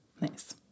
nice